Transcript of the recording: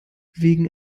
wegen